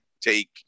take